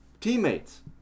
teammates